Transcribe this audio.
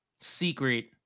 secret